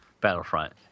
battlefront